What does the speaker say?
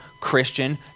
Christian